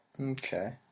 Okay